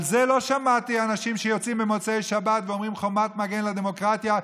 על זה לא שמעתי אנשים שיוצאים במוצאי שבת ואומרים "חומת מגן לדמוקרטיה",